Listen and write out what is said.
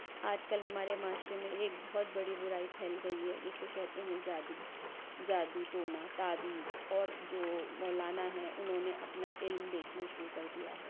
آج کل ہمارے معاشرے میں ایک بہت بڑی برائی پھیل گئی ہے جسے کہتے ہیں جادو جادو ٹونا تعویذ اور جو مولانا ہیں انہوں نے اپنا علم بیچنا شروع کر دیا ہے